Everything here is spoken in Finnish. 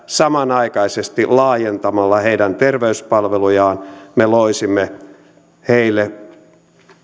samanaikaisesti laajentamalla heidän terveyspalvelujaan me loisimme heille